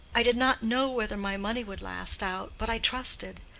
i did not know whether my money would last out, but i trusted.